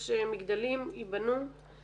יש מגדלים, ייבנו.